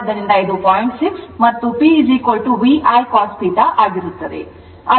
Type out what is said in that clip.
ಆದ್ದರಿಂದ ಇದು 0